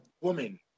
woman